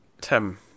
Tim